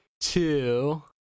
two